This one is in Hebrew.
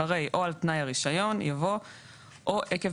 אחרי "או על תנאי הרישיון" יבוא "או עקב